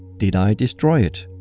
did i destroy it?